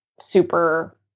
super